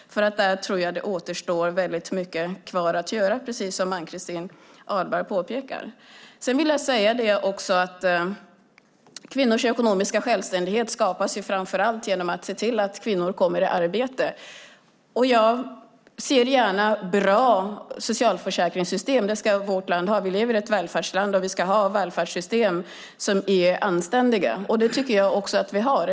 Där tror jag nämligen att det återstår mycket att göra, precis som Ann-Christin Ahlberg påpekar. Sedan vill jag också säga att kvinnors ekonomiska självständighet framför allt skapas genom att vi ser till att kvinnor kommer i arbete. Jag ser gärna bra socialförsäkringssystem; det ska vårt land ha. Vi lever i ett välfärdsland och vi ska ha välfärdssystem som är anständiga. Det tycker jag också att vi har.